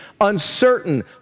Uncertain